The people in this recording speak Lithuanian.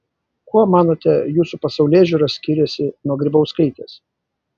kuo manote jūsų pasaulėžiūra skiriasi nuo grybauskaitės